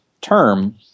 term